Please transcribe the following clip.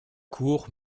cour